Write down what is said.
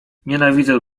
nienawidzę